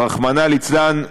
רחמנא ליצלן,